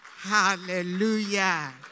Hallelujah